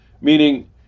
Meaning